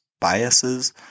biases